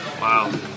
Wow